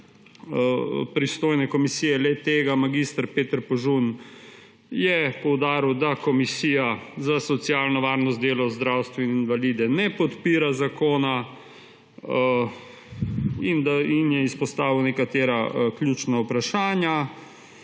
pristojne komisije le-tega, mag. Peter Požun je poudaril, da Komisija za socialno varstvo, delo, zdravstvo in invalide ne podpira predloga zakona, in je izpostavil nekatera ključna vprašanja.